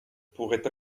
pourrait